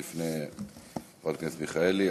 חברת הכנסת מיכאלי.